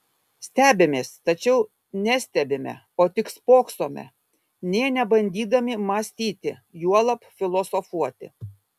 stebimės tačiau nestebime o tik spoksome nė nebandydami mąstyti juolab filosofuoti